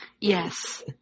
Yes